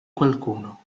qualcuno